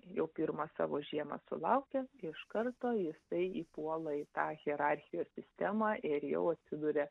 jau pirmą savo žiemą sulaukia iš karto jisai įpuola į tą hierarchijos sistemą ir jau atsiduria